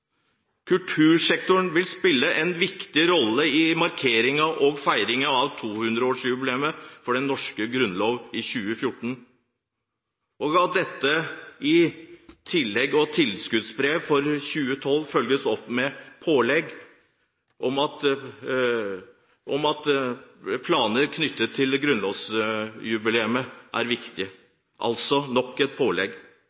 vil spele ei viktig rolle i markeringa og feiringa av 200-årsjubileet for den norske Grunnlova i 2014.» og at dette i tildelings- og tilskuddsbrev for 2012 følges opp med pålegg når det gjelder planer knyttet til grunnlovsjubileet. Dette er